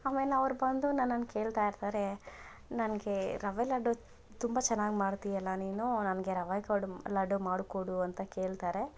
ಆಮೇಲೆ ಅವ್ರು ಬಂದು ನನ್ನನ್ನು ಕೇಳ್ತಾ ಇರ್ತಾರೆ ನನಗೆ ರವೆ ಲಡ್ದು ತುಂಬ ಚೆನ್ನಾಗ್ ಮಾಡ್ತಿಯಲ್ಲ ನೀನು ನನಗೆ ರವೆ ಕೊಡು ಲಡ್ಡು ಮಾಡಿಕೊಡು ಅಂತ ಕೇಳ್ತಾರೆ